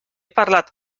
parlat